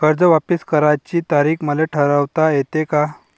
कर्ज वापिस करण्याची तारीख मले ठरवता येते का?